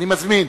אני מזמין